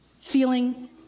feeling